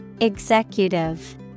Executive